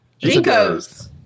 Jinkos